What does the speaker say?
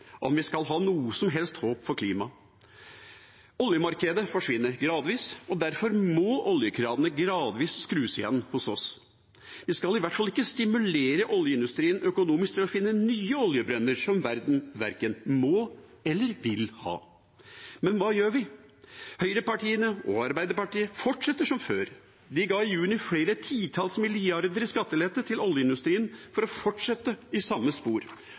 vi skal ha noe som helst håp for klimaet. Oljemarkedet forsvinner gradvis, og derfor må oljekranene gradvis skrus igjen hos oss. Vi skal i hvert fall ikke stimulere oljeindustrien økonomisk til å finne nye oljebrønner som verden verken må eller vil ha. Men hva gjør vi? Høyrepartiene og Arbeiderpartiet fortsetter som før. De ga i juni flere titalls milliarder i skattelette til oljeindustrien for å fortsette i samme spor,